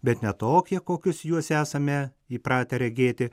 bet ne tokie kokius juos esame įpratę regėti